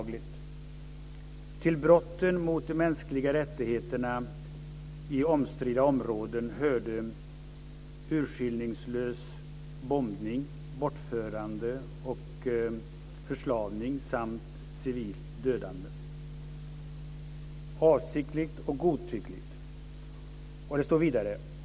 Vidare står det: "Till brotten mot de mänskliga rättigheterna i omstridda områden hörde urskillningslös bombning, bortföranden och förslavning samt att civila dödades avsiktligt och godtyckligt.